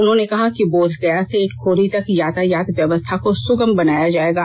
उन्होंने कहा कि बोध गया से इटखोरी तक यातायात व्यवस्था को सुगम बनाया जाएगा